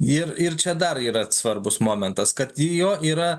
ir ir čia dar yra svarbus momentas kad ir jo yra